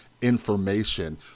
information